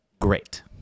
Great